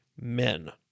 men